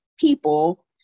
people